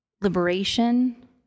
liberation